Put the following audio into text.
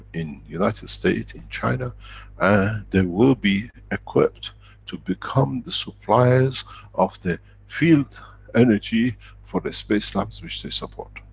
in united state, in china and ah they will be equipped to become the suppliers of the field energy for the space labs which they support.